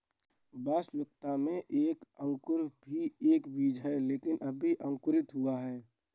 वास्तविकता में एक अंकुर भी एक बीज है लेकिन अभी अंकुरित हुआ है